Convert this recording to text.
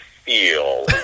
feel